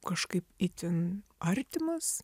kažkaip itin artimas